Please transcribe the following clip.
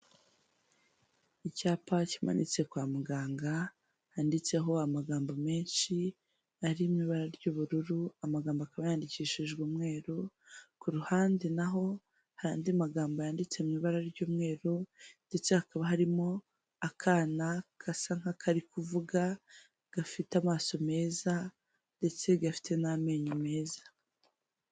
Icyapa kimanitse kwa muganga handitseho amagambo menshi arimo ibara ry'ubururu, amagambo akaba yandikishijwe umweru, ku ruhande na ho hari andi magambo yanditse mu ibara ry'umweru ndetse hakaba harimo akana gasa nk'akari kuvuga, gafite amaso meza ndetse gafite n'amenyo meza.